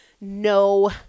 no